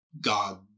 god